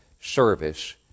service